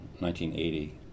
1980